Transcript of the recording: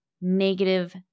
negative